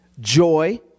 joy